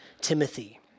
Timothy